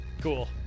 Cool